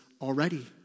already